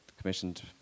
commissioned